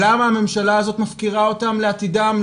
למה הממשלה הזו מפקירה אותם לעתידם,